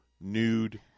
nude